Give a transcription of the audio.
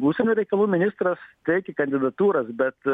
užsienio reikalų ministras teikia kandidatūras bet